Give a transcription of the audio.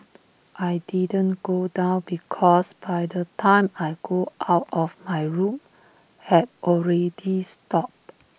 I didn't go down because by the time I go out of my room had already stopped